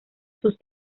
sus